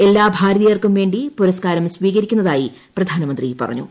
എല്ലാ ഭാരതീയർക്കും വേണ്ടി പുരസ്ക്കാരം സ്വീകരിക്കുന്നതായി പ്രധാനമന്ത്രി പറഞ്ഞു